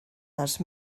zones